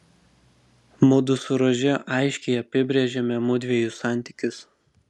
mudu su rože aiškiai apibrėžėme mudviejų santykius